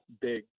big